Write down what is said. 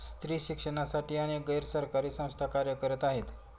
स्त्री शिक्षणासाठी अनेक गैर सरकारी संस्था कार्य करत आहेत